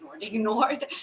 ignored